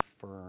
firm